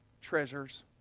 treasures